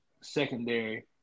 secondary